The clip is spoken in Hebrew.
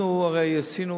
אנחנו הרי עשינו